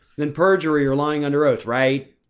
than perjury you're lying under oath. right?